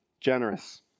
generous